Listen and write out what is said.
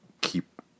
keep